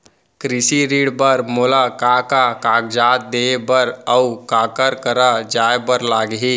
कृषि ऋण बर मोला का का कागजात देहे बर, अऊ काखर करा जाए बर लागही?